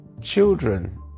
children